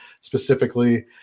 specifically